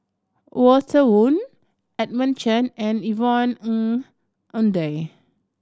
Walter Woon Edmund Chen and Yvonne Ng Uhde